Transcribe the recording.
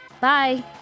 Bye